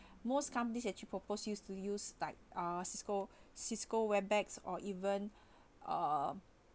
most companies actually propose you to use like uh cisco cisco webex or even uh